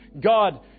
God